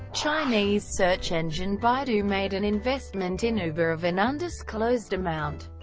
chinese search engine baidu made an investment in uber of an undisclosed amount.